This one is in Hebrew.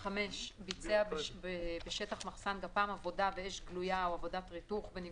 ביצע בשטח מחסן גפ"מ עבודה באש גלויה או עבודת5,000 ריתוך,